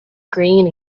green